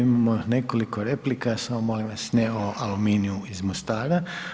Imamo nekoliko replika, samo molim vas, ne o Aluminiju iz Mostara.